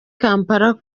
kampala